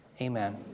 Amen